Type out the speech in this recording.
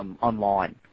online